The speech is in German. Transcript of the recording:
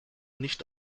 nicht